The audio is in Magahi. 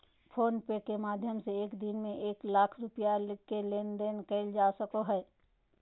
फ़ोन पे के माध्यम से एक दिन में एक लाख रुपया के लेन देन करल जा सको हय